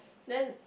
then